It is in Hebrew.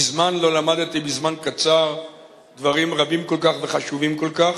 מזמן לא למדתי בזמן קצר דברים רבים כל כך וחשובים כל כך.